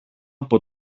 από